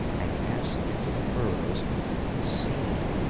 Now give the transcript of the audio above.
i cast into the furrows the seed,